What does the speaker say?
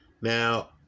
Now